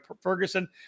Ferguson